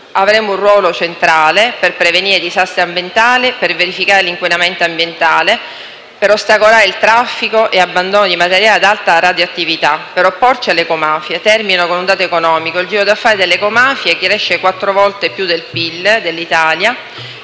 Avremo un ruolo centrale per prevenire i disastri ambientali, per verificare l'inquinamento ambientale, per ostacolare il traffico e l'abbandono di materiale ad alta radioattività e per opporci alle ecomafie. Termino con un dato economico: il giro d'affari delle ecomafie cresce quattro volte più del PIL dell'Italia